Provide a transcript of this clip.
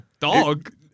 Dog